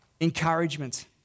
encouragement